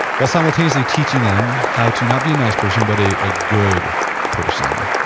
while simultaneously teaching them how to not be a nice person but a a good person?